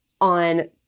on